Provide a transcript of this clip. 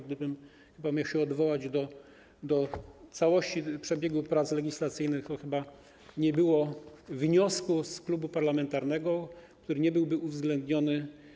Gdybym miał się odwołać do całości przebiegu prac legislacyjnych, to chyba nie było wniosku z klubu parlamentarnego, który nie byłby uwzględniony.